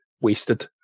wasted